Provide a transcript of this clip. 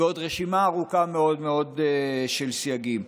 ועוד רשימה ארוכה מאוד מאוד של סייגים.